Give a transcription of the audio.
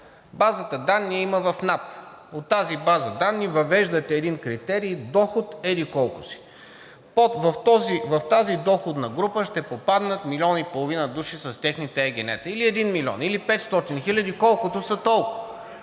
Базата данни я има в НАП. От тази база данни въвеждате един критерий –доход еди-колко си. В тази доходна група ще попаднат милион и половина души с техните ЕГН-та, или един милион, или 500 хиляди – колкото са, толкова.